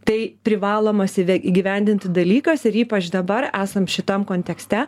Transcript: tai privalomas įgyvendinti dalykas ir ypač dabar esam šitam kontekste